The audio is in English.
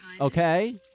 Okay